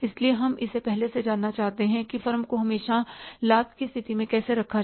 इसलिए हम इसे पहले से जानना चाहते हैं कि फर्म को हमेशा लाभ की स्थिति में कैसे रखा जाए